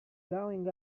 going